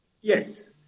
Yes